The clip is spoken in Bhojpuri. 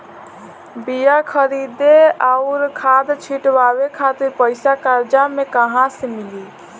बीया खरीदे आउर खाद छिटवावे खातिर पईसा कर्जा मे कहाँसे मिली?